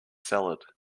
salad